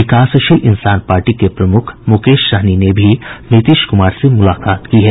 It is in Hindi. विकासशील इन्सान पार्टी के प्रमुख मुकेश साहनी ने भी नीतीश कुमार से मुलाकात की है